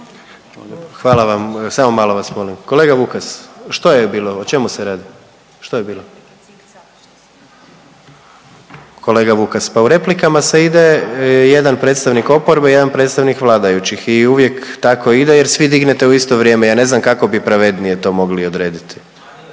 Hvala vam. Samo malo vas molim, kolega Vukas. Što je bilo, o čemu se radi, što je bilo? .../Upadica se ne čuje./... Kolega Vukas, pa u replikama se ide, jedan predstavnik oporbe, jedan predstavnik vladajućih i uvijek tako ide jer svi dignete u isto vrijeme, ja ne znam kako bi pravednije to mogli odrediti.